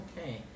Okay